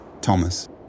Thomas